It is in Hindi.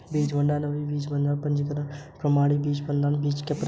ब्रीडर बीज, नींव बीज, पंजीकृत बीज, प्रमाणित बीज आदि बीज के प्रकार है